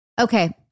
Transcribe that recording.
Okay